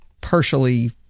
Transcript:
partially